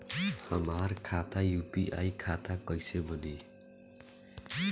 हमार खाता यू.पी.आई खाता कईसे बनी?